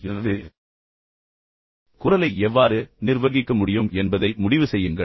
எனவே உங்கள் குரலை எவ்வாறு நிர்வகிக்க முடியும் என்பதை முடிவு செய்யுங்கள்